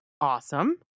Awesome